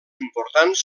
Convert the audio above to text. importants